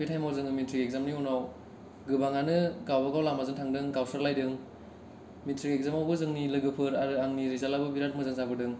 बे टाइमाव जोङो मेट्रिक इक्जामनि उनाव गोबाङानो गावबागाव लामाजों थांदों गावस्रालायदों मेट्रिक इक्जामावबो जोंनि लोगोफोर आरो आंनि रिजाल्टाबो बिराथ मोजां जाबोदों